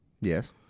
Yes